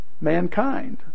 mankind